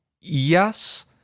Yes